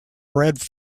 red